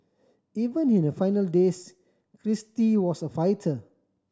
even in her final days Kristie was a fighter